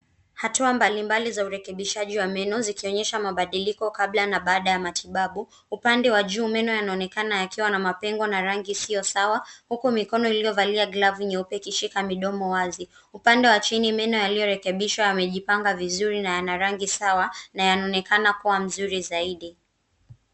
Hatua mbalimbali za urekebishaji wa meno zikionyesha mabadiliko kabla na baada ya matibabu. Upande wa juu meno yanaonekana yakiwa na mapengo na rangi isiyo sawa, huku mikono iliyovalia glavu nyeupe ikishika midomo wazi. Upande wa chini meno yaliyorekebishwa yamejipanga vizuri na yana rangi sawa na yanaonekana kuwa mzuri zaidi.